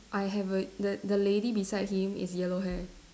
I have a the the lady beside him is yellow hair